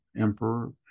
emperor